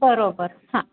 बरोबर हां